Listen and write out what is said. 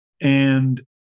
And-